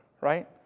right